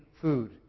food